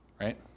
right